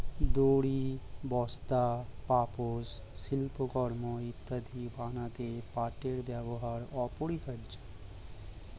দড়ি, বস্তা, পাপোশ, শিল্পকর্ম ইত্যাদি বানাতে পাটের ব্যবহার অপরিহার্য